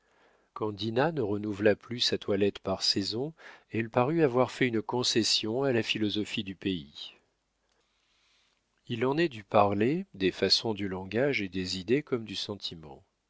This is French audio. ne renouvela plus sa toilette par saison elle parut avoir fait une concession à la philosophie du pays il en est du parler des façons du langage et des idées comme du sentiment